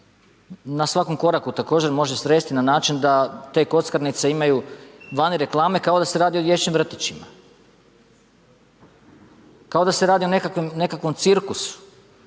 na svakom koraku, također može sresti, na način da te kockarnice imaju vani reklame kao da se radi o dječjim vrtićima. Kao da se radi o nekakvom cirkusu.